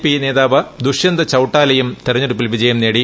P നേതാവ് ദുഷ്യന്ത് ചൌട്ടാലയും തെരഞ്ഞെടുപ്പിൽ വിജയം നേടി